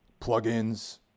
plugins